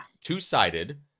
Two-sided